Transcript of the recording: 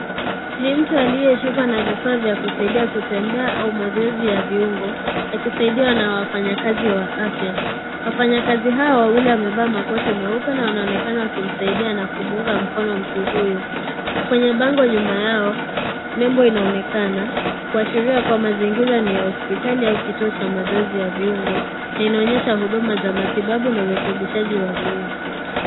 Ni mtu aliyeshikwa na vifaa vya kusaidia kutembea au mazoezi ya viungo akisaidiwa na wafanyakazi wa afya. Wafanyikazi hao wawili wamevaa makoti meupe na wanaonekana wakimsaidia na kumuunga mkono mtu huyo. Kwenye bango nyuma yao lebo inaonekana kuashiria mazingira ni ya hospitali au kituo cha mazoezi ya viungo na inaonyesha huduma za matibabu na urekebishaji wa viungo.